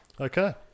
Okay